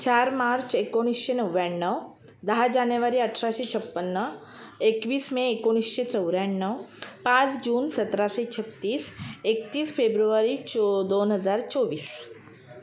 चार मार्च एकोणीसशे नव्याण्णव दहा जानेवारी अठराशे छप्पन्न एकवीस मे एकोणीसशे चौऱ्याण्णव पाच जून सतराशे छत्तीस एकतीस फेब्रुवारी चो दोन हजार चोवीस